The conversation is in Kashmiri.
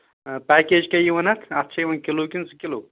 پیکیج کیٛاہ یِوان اَتھ اَتھ چھےٚ یِوان کِلوٗ کِنہٕ زٕ کِلوٗ